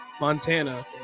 Montana